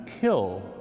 kill